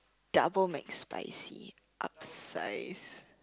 double Mcspicy upsize